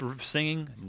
singing